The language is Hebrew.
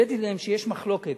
הבאתי להם שיש מחלוקת.